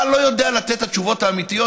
אתה לא יודע לתת את התשובות האמיתיות,